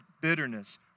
bitterness